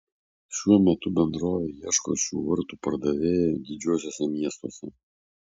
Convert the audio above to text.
šiuo metu bendrovė ieško šių vartų pardavėjų didžiuosiuose miestuose